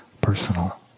personal